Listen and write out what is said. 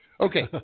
Okay